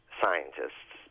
scientists